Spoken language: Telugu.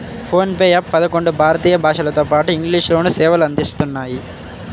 ఫోన్ పే యాప్ పదకొండు భారతీయ భాషలతోపాటు ఇంగ్లీష్ లోనూ సేవలు అందిస్తున్నాయి